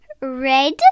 Red